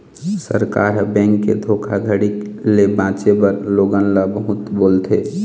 सरकार ह, बेंक के धोखाघड़ी ले बाचे बर लोगन ल बहुत बोलथे